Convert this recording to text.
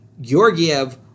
Georgiev